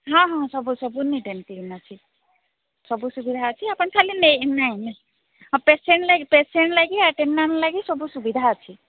ହଁ ହଁ ସବୁ ସବୁ ନିଟ୍ ଆଣ୍ଡ୍ କ୍ଲିନ୍ ଅଛି ସବୁ ସୁବିଧା ଅଛି ଆପଣ ଖାଲି ନେଇ ନାଇଁ ନାଇଁ ହଁ ପେସେଣ୍ଟ ଲାଗି ପେସେଣ୍ଟ ଲାଗି ଆଟେଡାଣ୍ଟ୍ ଲାଗି ସବୁ ସୁବିଧା ଅଛି